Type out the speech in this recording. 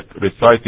reciting